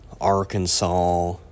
Arkansas